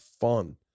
fun